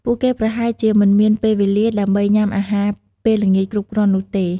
ពួកគេប្រហែលជាមិនមានពេលវេលាដើម្បីញ៉ាំអាហារពេលល្ងាចគ្រប់គ្រាន់នោះទេ។